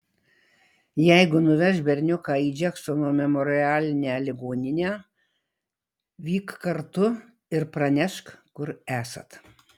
jeigu nuveš berniuką į džeksono memorialinę ligoninę vyk kartu ir pranešk kur esat